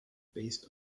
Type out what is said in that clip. based